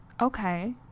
Okay